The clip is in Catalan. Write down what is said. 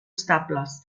estables